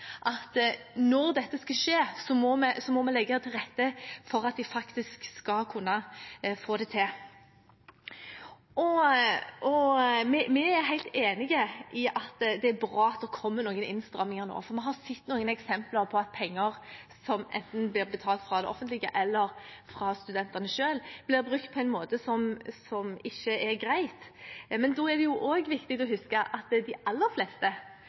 Når dette skal skje, må vi legge til rette for at de faktisk skal kunne få det til. Vi er helt enig i at det er bra at det kommer noen innstramninger nå, for vi har sett noen eksempler på at penger som enten blir betalt av det offentlige eller av studentene selv, er blitt brukt på en måte som ikke er greit. Men da er det viktig å huske at de aller fleste